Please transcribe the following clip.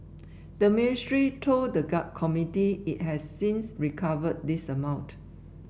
the ministry told the committee it has since recovered this amount